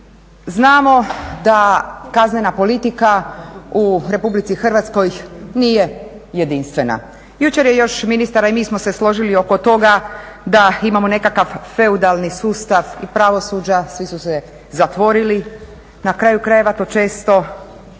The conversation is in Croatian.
znamo da kaznena politika u RH nije jedinstvena. Jučer je još ministar, a i mi smo se složili oko toga da imamo nekakav feudalni sustav i pravosuđa. Svi su se zatvorili. Na kraju krajeva to često,